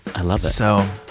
i love that so.